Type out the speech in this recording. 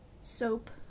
soap